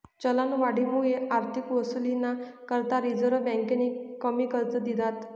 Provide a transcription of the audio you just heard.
चलनवाढमुये आर्थिक वसुलीना करता रिझर्व्ह बँकेनी कमी कर्ज दिधात